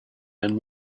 then